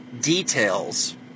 details